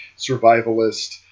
survivalist